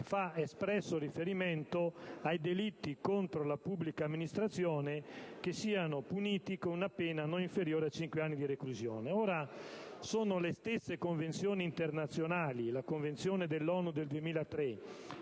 fa espresso riferimento ai delitti contro la pubblica amministrazione puniti con una pena non inferiore a cinque anni di reclusione. Sono le stesse Convenzioni internazionali - la Convenzione ONU del 2003